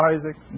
Isaac